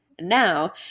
Now